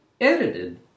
Edited